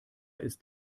ist